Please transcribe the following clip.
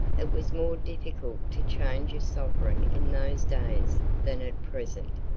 it was more difficult to change a sovereign in those days than at present,